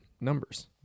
numbers